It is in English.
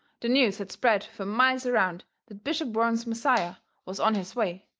the news had spread fur miles around that bishop warren's messiah was on his way,